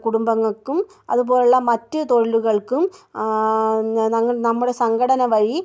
കുടുംബങ്ങൾക്കും അതുപോലെയുള്ള മറ്റ് തൊഴിലുകൾക്കും ഞങ്ങൾ നമ്മുടെ സംഘടന വഴി